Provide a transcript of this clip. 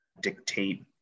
dictate